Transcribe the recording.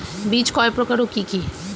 বীজ কয় প্রকার ও কি কি?